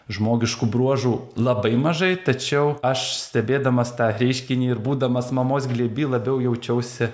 žmogiškų bruožų labai mažai tačiau aš stebėdamas tą reiškinį ir būdamas mamos glėby labiau jaučiausi